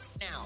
Now